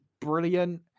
brilliant